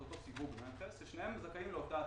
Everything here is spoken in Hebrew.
אותו סיווג מכס ושניהם זכאים לאותה הטבה.